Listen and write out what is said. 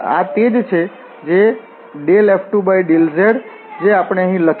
તેથી આ તે જ છે F2∂z જે આપણે અહીં લખ્યું છે